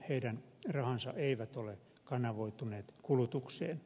heidän rahansa ei ole kanavoituneet kulutukseen